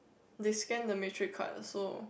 they scan the matric card so